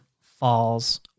falls